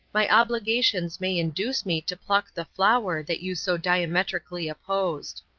my obligations may induce me to pluck the flower that you so diametrically opposed.